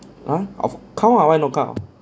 ah I've come I want lookout